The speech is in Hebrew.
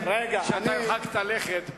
שהרחקת לכת בדברים.